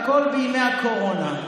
הכול בימי הקורונה.